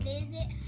Visit